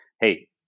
hey